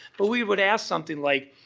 but we would ask something like,